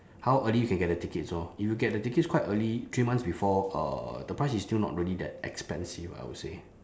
how early you can get the tickets orh if you get the tickets quite early three months before uh the price is still not really that expensive I would say